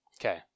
Okay